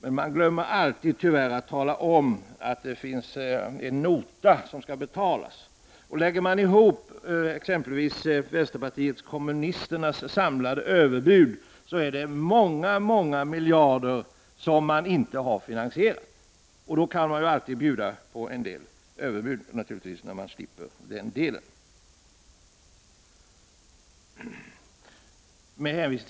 Tyvärr glömmer man alltid tala om att det finns en nota som skall betalas. Vänsterpartiet kommunisternas samlade överbud uppgår till många, många miljarder som man inte har finansierat. Naturligtvis kan man alltid komma med överbud när man slipper tänka på den delen.